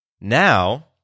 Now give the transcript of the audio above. now